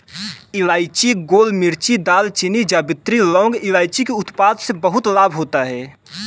इलायची, गोलमिर्च, दालचीनी, जावित्री, लौंग इत्यादि के उत्पादन से बहुत लाभ होता है